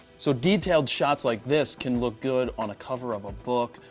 so, detailed shots like this can look good on a cover of a book.